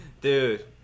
dude